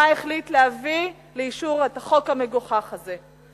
החליט להביא לאישור את החוק המגוחך הזה.